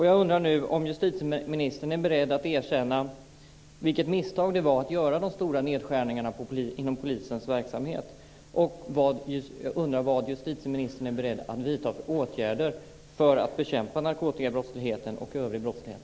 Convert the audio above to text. Jag undrar nu om justitieministern är beredd att erkänna vilket misstag det var att göra de stora nedskärningarna inom polisens verksamhet.